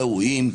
ראויים,